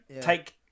take